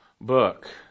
book